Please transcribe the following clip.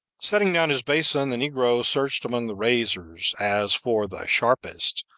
setting down his basin, the negro searched among the razors, as for the sharpest,